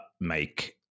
make